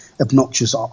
obnoxious